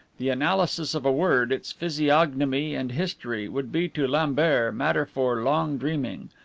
the analysis of a word, its physiognomy and history, would be to lambert matter for long dreaming.